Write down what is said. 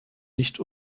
nicht